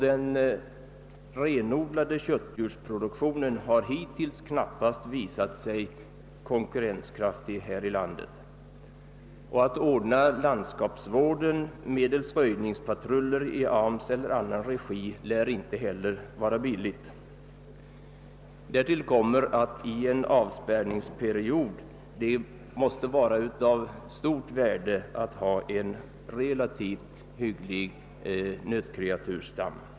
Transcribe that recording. Den renodlade köttdjursproduktionen har hittills knappast visat sig konkurrenskraftig här i landet. Att ordna landskapsvården medelst röjningspatruller i arbetsmarknadsstyrelsens eller annans regi lär inte heller vara billigt. Därtill kommer att det i en avspärrningsperiod är av stort värde att ha en relativt hygglig nötkreatursstam.